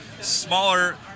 smaller